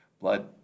blood